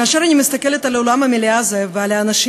כאשר אני מסתכלת על אולם המליאה הזה ועל האנשים